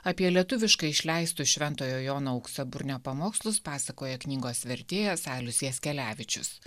apie lietuviškai išleisto šventojo jono auksaburnio pamokslus pasakoja knygos vertėjas alius jaskelevičius